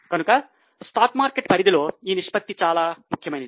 కనుక stock market పరిధిలో ఈ నిష్పత్తి చాలా ముఖ్యమైనది